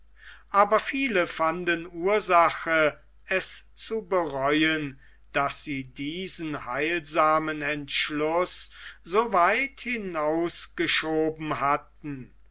aber viele fanden ursache es zu bereuen daß sie diesen heilsamen entschluß so weit hinausgeschoben hatten